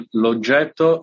l'oggetto